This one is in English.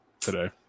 Today